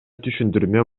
түшүндүрмө